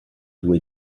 due